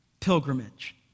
pilgrimage